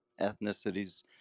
ethnicities